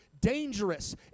dangerous